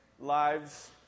lives